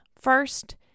first